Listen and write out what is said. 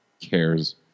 Cares